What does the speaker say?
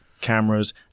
cameras